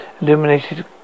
illuminated